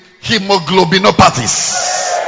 Hemoglobinopathies